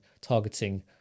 targeting